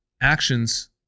Actions